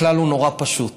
הכלל הוא נורא פשוט: